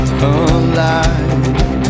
alive